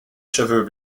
cheveux